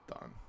done